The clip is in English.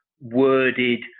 worded